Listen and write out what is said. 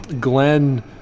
Glenn